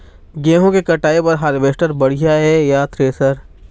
गेहूं के कटाई बर हारवेस्टर बढ़िया ये या थ्रेसर?